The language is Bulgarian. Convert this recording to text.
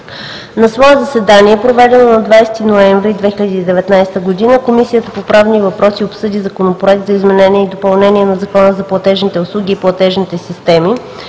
На свое заседание, проведено на 20 ноември 2019 г., Комисията по правни въпроси обсъди Законопроекта за изменение и допълнение на Закона за платежните услуги и платежните системи,